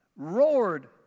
roared